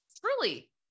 Truly